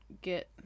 get